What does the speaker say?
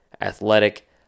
athletic